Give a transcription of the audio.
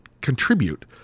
contribute